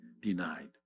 denied